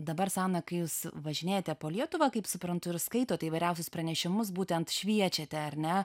dabar sana kai jūs važinėjat po lietuvą kaip suprantu ir skaitot įvairiausius pranešimus būtent šviečiate ar ne